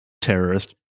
terrorist